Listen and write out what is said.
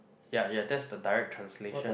ya yeah that's the direct translation